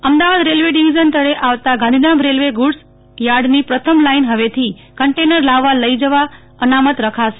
Gandhidham Ahmedabad railway division તળે આવતા Gandhidham railway goods થાર્ડની પ્રથમ લાઈન ફવેથી કન્ટેનર લાવવા લઈ જવા અનામત રખાશે